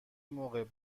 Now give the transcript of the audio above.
موقع